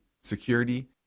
security